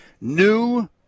New